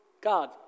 God